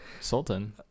sultan